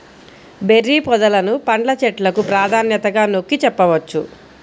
berry పొదలను పండ్ల చెట్లకు ప్రాధాన్యతగా నొక్కి చెప్పవచ్చు